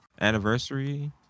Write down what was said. anniversary